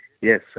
yes